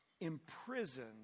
imprisoned